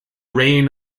reign